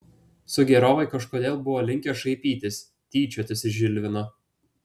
sugėrovai kažkodėl buvo linkę šaipytis tyčiotis iš žilvino